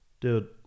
Dude